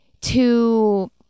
to-